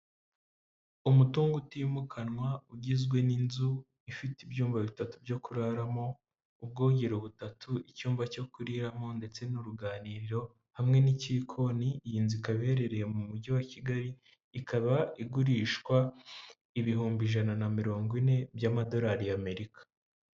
Umutungo utimukanwa ugizwe n'inzu ifite ibyumba bitatu byo kuraramo, ubwogero butatu, icyumba cyo kuriramo ndetse n'uruganiriro, hamwe n'igikoni, iyi nzu ikaba ihereherereye mu mujyi wa Kigali, ikaba igurishwa ibihumbi ijana na mirongo ine by'amadolari y'Amerika.